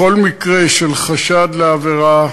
בכל מקרה של חשד לעבירה,